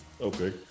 Okay